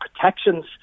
protections